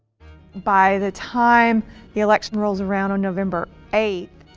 by the time the election rolls around on november eighth